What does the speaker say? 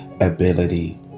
ability